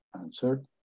answered